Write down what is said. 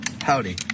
Howdy